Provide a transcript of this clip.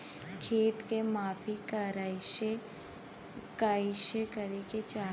खेत के माफ़ी कईसे करें के चाही?